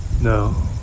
No